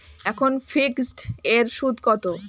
এখন ফিকসড এর সুদ কত?